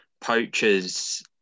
poachers